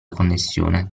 connessione